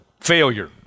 failure